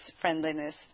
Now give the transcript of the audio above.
friendliness